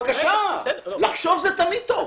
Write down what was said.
בבקשה, לחשוב זה תמיד טוב.